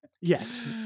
yes